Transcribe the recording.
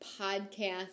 podcast